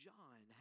John